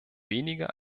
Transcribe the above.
weniger